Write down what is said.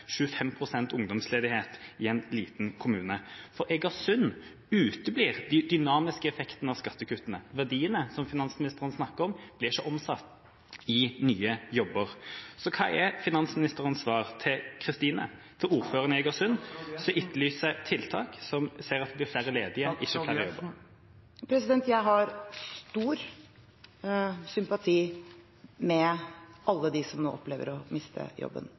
ungdomsledighet, i en liten kommune. For Eigersund uteblir de dynamiske effektene av skattekuttene. Verdiene som finansministeren snakker om, blir ikke omsatt i nye jobber. Så hva er finansministerens svar til Kristine og til ordføreren i Eigersund, som etterlyser tiltak, og som ser at det blir flere ledige, ikke flere jobber? Jeg har stor sympati med alle dem som nå opplever å miste jobben.